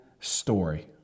story